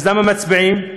אז למה מצביעים כך?